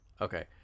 Okay